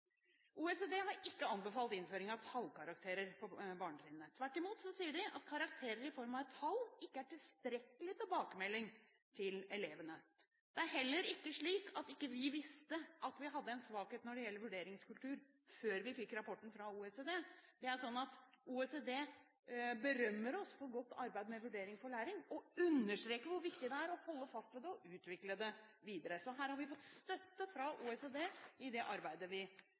OECD har ikke anbefalt innføring av tallkarakterer på barnetrinnet. Tvert imot sier de at karakterer i form av et tall ikke er en tilstrekkelig tilbakemelding til elevene. Det er heller ikke slik at vi ikke visste at vi hadde en svakhet når det gjelder vurderingskultur, før vi fikk rapporten fra OECD. Det er sånn at OECD berømmer oss for godt arbeid med Vurdering for læring og understreker hvor viktig det er å holde fast ved det og utvikle det videre. Så vi har fått støtte fra OECD i det arbeidet vi